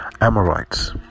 Amorites